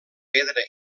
pedra